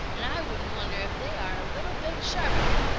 and i wouldn't wonder if they are a little bit sharper.